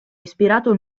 ispirato